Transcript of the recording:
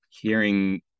hearing